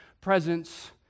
presence